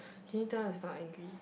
can you tell it's not angry